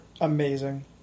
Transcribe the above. amazing